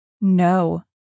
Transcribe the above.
No